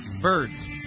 birds